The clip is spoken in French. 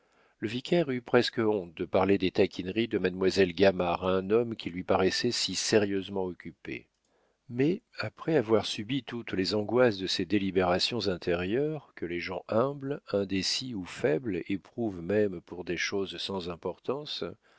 le vicaire eut presque honte de parler des taquineries de mademoiselle gamard à un homme qui lui paraissait si sérieusement occupé mais après avoir subi toutes les angoisses de ces délibérations intérieures que les gens humbles indécis ou faibles éprouvent même pour des choses sans importance